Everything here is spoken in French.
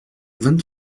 vingt